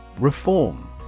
Reform